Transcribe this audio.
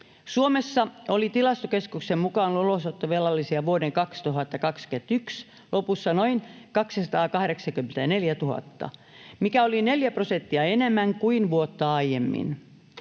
Suomessa oli Tilastokeskuksen mukaan ulosottovelallisia vuoden 2021 lopussa noin 284 000, mikä oli neljä prosenttia enemmän kuin vuotta aiemmin.